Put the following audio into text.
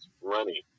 running